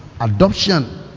adoption